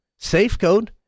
SafeCode